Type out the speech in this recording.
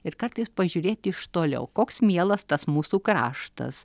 ir kartais pažiūrėti iš toliau koks mielas tas mūsų kraštas